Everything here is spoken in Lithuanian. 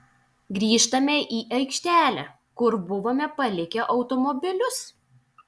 grįžtame į aikštelę kur buvome palikę automobilius